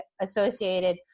associated